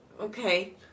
Okay